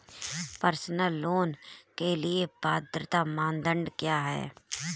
Personal loan के लिए पात्रता मानदंड क्या हैं?